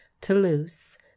Toulouse